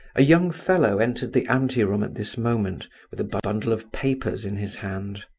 a young fellow entered the ante-room at this moment, with a bundle of papers in his hand.